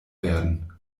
werden